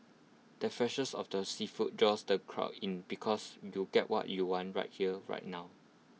the freshets of the seafood draws the crowd in because you'll get what you want right here right now